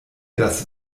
das